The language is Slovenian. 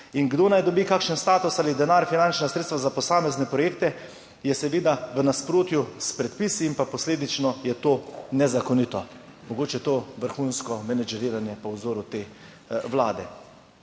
In kdo naj dobi kakšen status ali denar, finančna sredstva za posamezne projekte je seveda v nasprotju s predpisi in pa posledično je to nezakonito. Mogoče to vrhunsko menedžeriranje po vzoru te vlade.